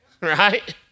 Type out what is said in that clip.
Right